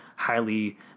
highly